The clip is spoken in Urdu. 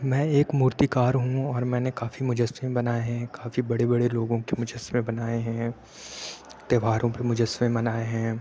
میں ایک مورتی کار ہوں اور میں نے کافی مجسمے بنائے ہیں کافی بڑے بڑے لوگوں کے مجسمے بنائے ہیں تہواروں پہ مجسمے بنائے ہیں